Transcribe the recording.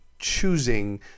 choosing